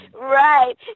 right